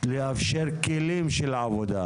לאפשר כלים של עבודה.